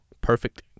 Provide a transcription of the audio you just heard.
perfect